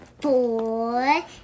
four